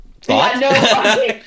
thought